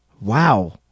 Wow